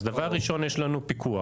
אז דבר ראשון, יש לנו פיקוח.